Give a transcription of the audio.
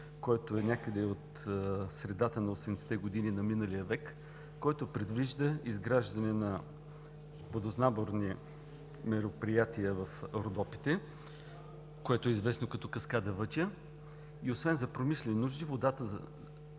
който е някъде от средата на 80-те години на миналия век. Той предвижда изграждане на водосборни мероприятия в Родопите, което е известно като „Каскада Въча“, и освен за промишлени нужди, водата